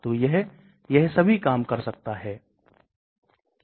अब जब आप घुलने की दर को देखते हैं तो मैं घुलने को कैसे सुधारू